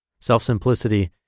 Self-simplicity